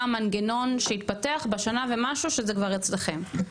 מה המנגנון שהתפתח בשנה ומשהו שזה כבר אצלכם?